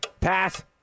Pass